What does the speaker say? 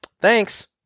Thanks